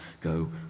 go